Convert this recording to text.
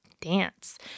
dance